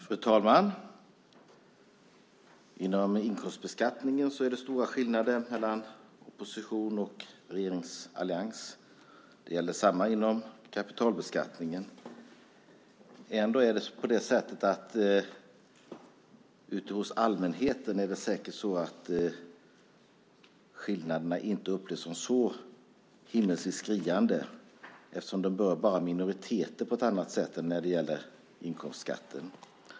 Fru talman! Inom inkomstbeskattningen är det stora skillnader mellan opposition och regeringsallians. Detsamma gäller inom kapitalbeskattningen. Ändå är det säkert så ute hos allmänheten att skillnaderna inte upplevs som så skriande eftersom de berör minoriteter på ett annat sätt än när det gäller inkomstskatten.